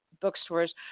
bookstores